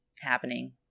happening